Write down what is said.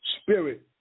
spirit